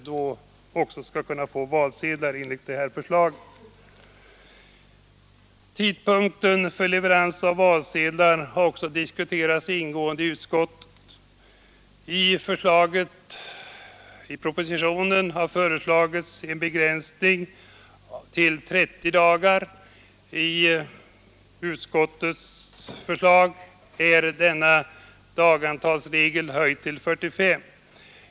Tidpunkten för leverans av valsedlar har också diskuterats ingående i utskottet. I propositionen har föreslagits en begränsning till 30 dagar. I utskottets förslag är detta dagantal höjt till 45.